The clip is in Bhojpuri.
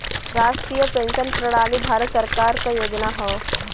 राष्ट्रीय पेंशन प्रणाली भारत सरकार क योजना हौ